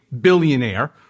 billionaire